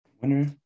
Winner